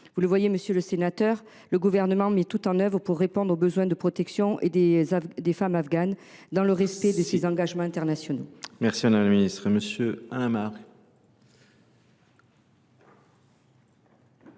constater, monsieur le sénateur, que le Gouvernement met tout en œuvre pour répondre aux besoins de protection des femmes afghanes, dans le respect de ses engagements internationaux. La parole est